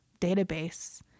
database